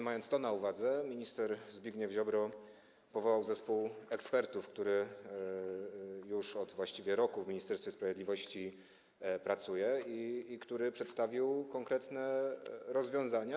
Mając to na uwadze, minister Zbigniew Ziobro powołał zespół ekspertów, który już właściwie od roku pracuje w Ministerstwie Sprawiedliwości i który przedstawił konkretne rozwiązania.